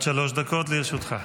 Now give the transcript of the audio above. עד שלוש דקות לרשותך.